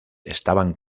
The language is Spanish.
estaban